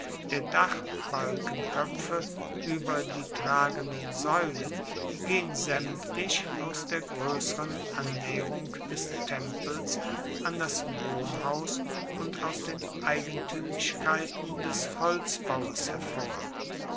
der dachbalkenkoepfe ueber die tragenden saeulen gehen saemtlich aus der groesseren annaeherung des tempels an das wohnhaus und aus den eigentuemlichkeiten des holzbaues hervor